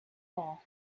wall